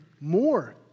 more